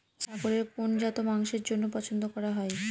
ছাগলের কোন জাত মাংসের জন্য পছন্দ করা হয়?